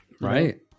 right